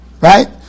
right